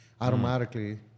automatically